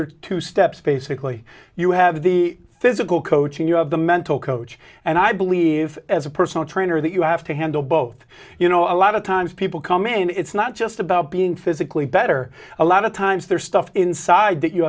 are two steps basically you have the physical coaching you have the mental coach and i believe as a personal trainer that you have to handle both you know a lot of times people come in and it's not just about being physically better a lot of times their stuff inside that you